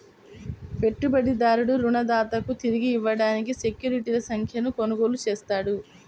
పెట్టుబడిదారుడు రుణదాతకు తిరిగి ఇవ్వడానికి సెక్యూరిటీల సంఖ్యను కొనుగోలు చేస్తాడు